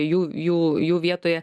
jų jų jų vietoje